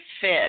fit